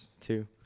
two